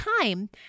time